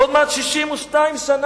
עוד מעט 62 שנה,